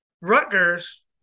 Rutgers